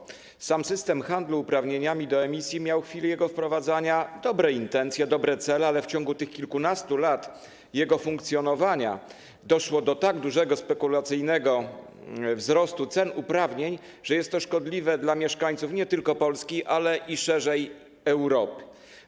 Jeżeli chodzi o sam system handlu uprawnieniami do emisji, to w chwili jego wprowadzania były dobre intencje, dobre cele, ale w ciągu kilkunastu lat jego funkcjonowania doszło do tak dużego spekulacyjnego wzrostu cen uprawnień, że jest to szkodliwe dla mieszkańców nie tylko Polski, ale i szerzej - Europy.